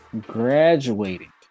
graduating